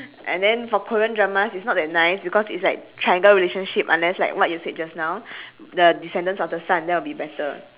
and then for korean dramas it's not that nice because it's like triangle relationship unless like what you said just now the descendants of the sun that'll be better